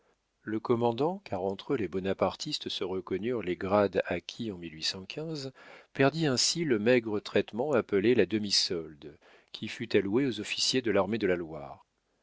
le commandant car entre eux les bonapartistes se reconnurent les grades acquis en perdit ainsi le maigre traitement appelé la demi-solde qui fut alloué aux officiers de l'armée de la loire